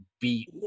beat